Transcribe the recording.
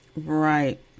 Right